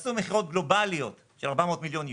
תעשו מכירות גלובליות של 400 מיליון יורו,